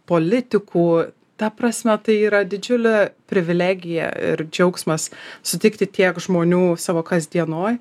politikų ta prasme tai yra didžiulė privilegija ir džiaugsmas sutikti tiek žmonių savo kasdienoj